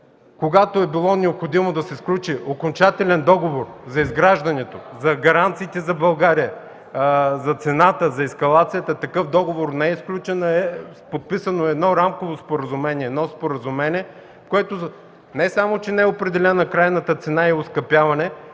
Когато е било необходимо да се сключи окончателен договор за изграждането, за гаранциите за България, за цената, за ескалацията – такъв договор не е сключен, а е подписано едно рамково споразумение, в което не само че не е определена крайната цена и оскъпяване,